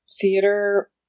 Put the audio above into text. theater